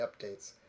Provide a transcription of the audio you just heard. updates